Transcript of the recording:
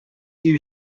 you